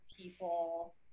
people